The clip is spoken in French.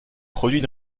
produit